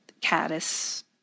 caddis